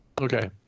Okay